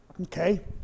Okay